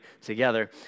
together